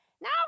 Now